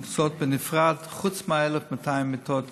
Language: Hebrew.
המוקצות בנפרד, חוץ מה-1,200 מיטות